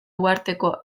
uharteko